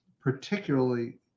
particularly